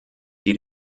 die